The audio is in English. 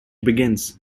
begins